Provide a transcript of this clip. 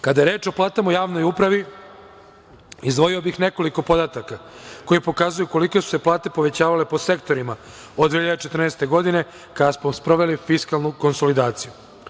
Kada je reč o platama u javnoj upravi, izdvojio bih nekoliko podataka koji pokazuju kolike su se plate povećavale po sektorima od 2014. godine kada smo sproveli fiskalnu konsolidaciju.